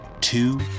two